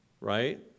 right